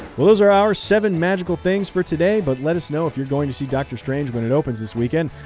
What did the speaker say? well, those are our seven magical things for today. but let us know if you're going to see doctor strange when it opens this weekend.